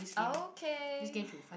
okay